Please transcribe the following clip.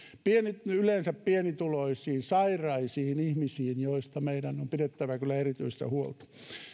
yleensä pienituloisiin sairaisiin ihmisiin joista meidän on pidettävä kyllä erityistä huolta